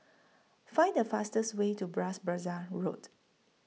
Find The fastest Way to Bras Basah Road